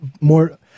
more